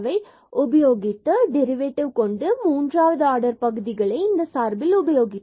00 உபயோகித்த டெரிவேட்டிவ் கொண்டு நாம் மூன்றாவது ஆர்டர் பகுதிகளை இந்த சார்பில் உபயோகித்தோம்